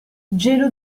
gelo